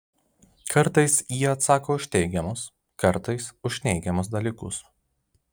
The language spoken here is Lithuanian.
kartais ji atsako už teigiamus kartais už neigiamus dalykus